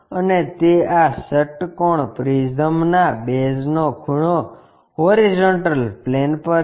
અને તે આ ષટ્કોણ પ્રિઝમના બેઝનો ખૂણો HP પર છે